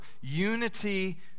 unity